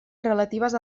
relatives